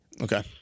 Okay